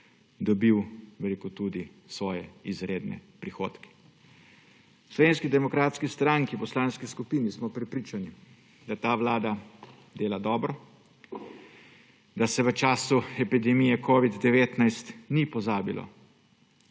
dobil tudi svoje izredne prihodke. V Slovenski demokratski stranki, v poslanski skupini smo prepričani, da ta vlada dela dobro, da se v času epidemije covida-19 ni pozabilo